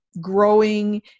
growing